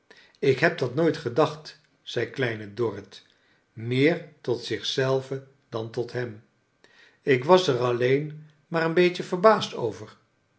ik heb dat nooit gedaeht zei kleine dorrit meer tot zich zelve dan tot hem ik was er alleen maar een beetje verbaasd over